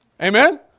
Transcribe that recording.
Amen